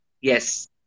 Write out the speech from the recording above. Yes